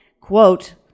Quote